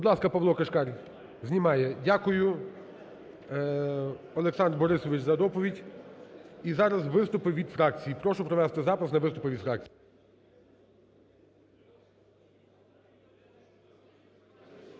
Будь ласка, Павло Кишкар. Знімає. Дякую. Дякую, Олександр Борисович, за доповідь. І зараз виступи від фракцій. Прошу провести запис на виступи від фракцій.